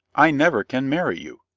i never can marry you.